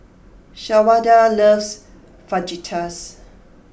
Shawanda loves Fajitas